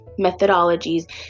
methodologies